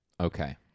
Okay